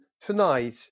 tonight